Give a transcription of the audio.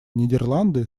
нидерланды